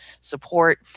support